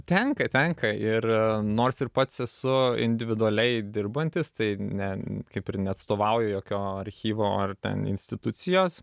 tenka tenka ir nors ir pats esu individualiai dirbantis tai ne kaip ir neatstovauju jokio archyvo ar institucijos